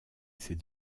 ces